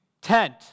tent